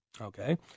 okay